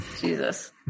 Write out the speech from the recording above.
Jesus